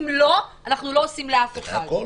אם לא, אנחנו לא עושים לאף אחד.